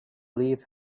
leave